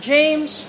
James